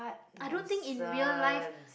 i don't think in real life